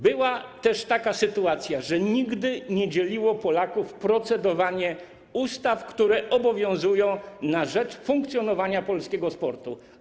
Była też taka sytuacja, że nigdy nie dzieliło Polaków procedowanie nad ustawami, które obowiązują w zakresie funkcjonowania polskiego sportu.